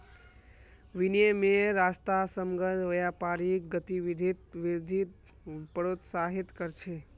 विनिमयेर रास्ता समग्र व्यापारिक गतिविधित वृद्धिक प्रोत्साहित कर छे